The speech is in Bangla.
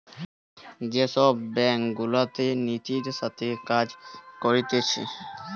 যে সব ব্যাঙ্ক গুলাতে নীতির সাথে কাজ করতিছে